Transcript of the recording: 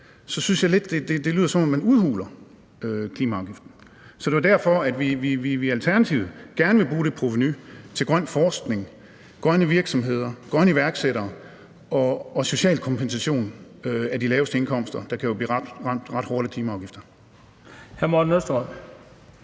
Så synes jeg lidt, det lyder, som om man udhuler klimaafgiften. Det er derfor, vi i Alternativet gerne vil bruge det provenu til grøn forskning, grønne virksomheder, grønne iværksættere og social kompensation for de laveste indkomster, der jo kan blive ramt ret hårdt af klimaafgifter. Kl. 19:53 Den fg.